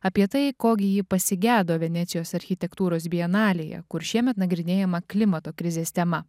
apie tai ko gi ji pasigedo venecijos architektūros bienalėje kur šiemet nagrinėjama klimato krizės tema